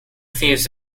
thieves